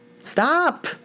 Stop